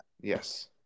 Yes